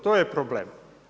To je problem.